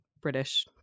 British